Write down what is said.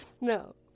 No